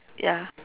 ya